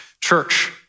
church